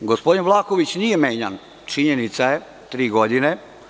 Gospodin Vlahović nije menjan, činjenica je, tri godine.